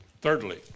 Thirdly